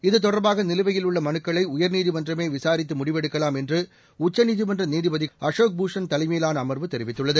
இத்தொடர்பாக நிலுவையில் உள்ள மனுக்களை உயர்நீதிமன்றமே விசாரித்து முடிவெடுக்கலாம் என்று உச்சநீதிமன்ற நீதிபதி அஷோக் பூஷன் தலைமையிலான அமர்வு தெரிவித்துள்ளது